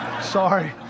Sorry